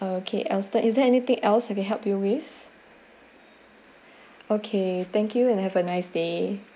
uh k alston is there anything else I can help you with okay thank you and have a nice day